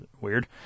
Weird